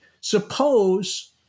Suppose